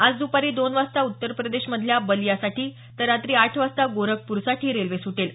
आज दुपारी दोन वाजता उत्तर प्रदेशमधल्या बलियासाठी तर रात्री आठ वाजता गोरखपूरसाठी रेल्वे सुटेल